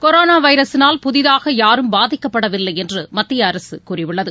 corona வைரஸினால் புதிதாக யாரும் பாதிக்கப்படவில்லை என்று மத்திய அரசு கூறியுள்ளது